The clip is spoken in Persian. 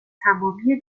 تمامی